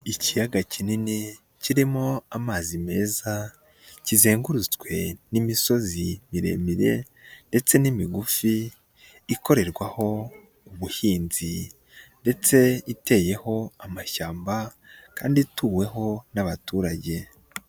Ikiyaga kinini kirimo amazi meza, kizengurutswe n'imisozi miremire ndetse n'imigufi, ikorerwaho ubuhinzi ndetse iteyeho amashyamba kandi ituweho n'abaturage.